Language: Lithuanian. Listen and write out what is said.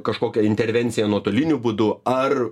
kažkokia intervencija nuotoliniu būdu ar